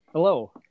hello